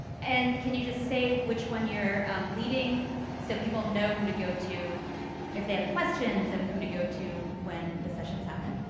and can i just say which one you're um leading so people know who to go to if they have questions and who to go to when the sessions happen?